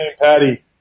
Patty